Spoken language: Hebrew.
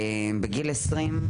בגיל 20,